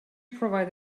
provide